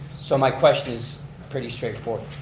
so, my question is pretty straightforward.